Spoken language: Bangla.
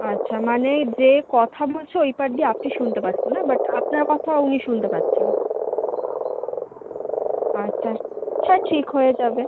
আচ্ছা মানে যে কথা বলছে ওই পার দিয়ে আপনি শুনতে পাচ্ছেন না বাট আপনার কথা উনি শুনতে পাচ্ছেন আচ্ছা হ্যাঁ ঠিক হয়ে যাবে